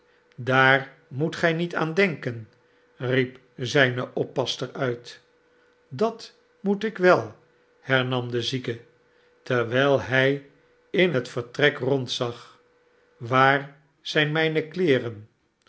daar moet gij niet aan denken riep zijne oppasster uit dat moet ik wel hernam de zieke terwijl hij in het vertrek rondzag waai zijn mijne kleeren